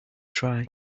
try